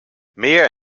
meer